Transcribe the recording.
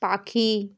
পাখি